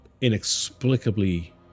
inexplicably